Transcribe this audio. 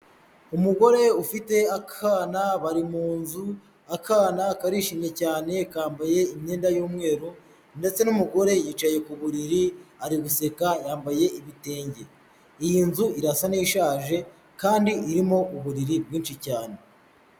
Umugore ufite akana bari mu nzu, akana karishimye cyane kambaye imyenda y'umweru ndetse n'umugore yicaye ku buriri ari guseka yambaye ibitenge, iyi nzu irasa n'ishaje kandi irimo uburiri bwinshi cyane.